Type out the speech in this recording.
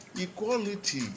equality